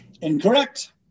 Incorrect